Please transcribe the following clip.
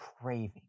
Craving